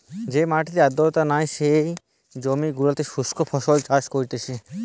যে মাটিতে আর্দ্রতা নাই, যেই জমি গুলোতে শুস্ক ফসল চাষ হতিছে